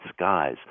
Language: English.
skies